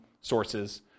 sources